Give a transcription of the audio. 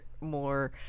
more